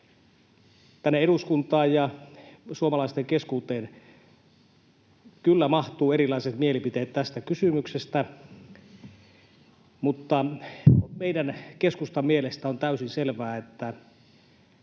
Tänne eduskuntaan ja suomalaisten keskuuteen kyllä mahtuvat erilaiset mielipiteet tästä kysymyksestä, mutta meidän, keskustan, mielestä on täysin selvää, että